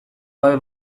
gabe